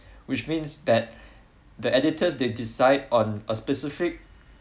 which means that the editors they decide on a specific